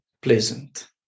pleasant